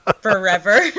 Forever